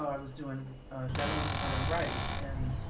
i was doing demos and trying to write and